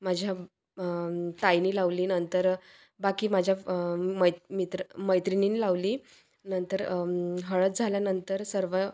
माझ्या ताईने लावली नंतर बाकी माझ्या मै मित्र मैत्रिणींनी लावली नंतर हळद झाल्यानंतर सर्व